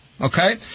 Okay